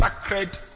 sacred